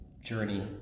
journey